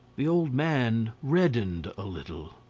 the old man reddened a little.